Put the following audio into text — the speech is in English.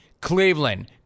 Cleveland